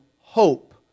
hope